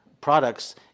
products